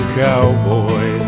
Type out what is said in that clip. cowboy